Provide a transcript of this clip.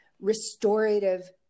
restorative